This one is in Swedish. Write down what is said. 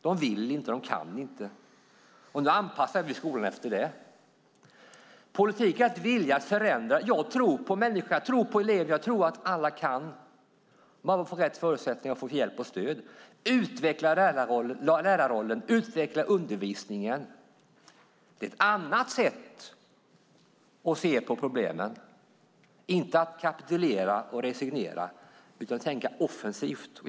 De vill och kan inte, så då anpassar vi skolan efter det. Politik är att vilja förändra. Jag tror på människan. Jag tror att alla elever kan bara de får rätt förutsättningar, hjälp och stöd. Man måste utveckla lärarrollen och undervisningen. Det är ett annat sätt att se på problemen, att inte resignera och kapitulera utan tänka offensivt.